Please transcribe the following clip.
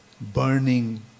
burning